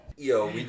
Yo